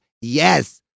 Yes